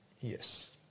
Yes